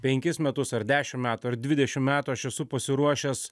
penkis metus ar dešim metų ar dvidešim metų aš esu pasiruošęs